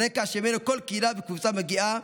הרקע שממנו כל קהילה וקבוצה מגיעה,